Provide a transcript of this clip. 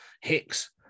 hicks